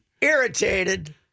irritated